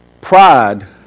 pride